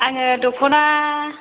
आङो दख'ना